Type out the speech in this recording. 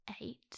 eight